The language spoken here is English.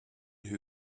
who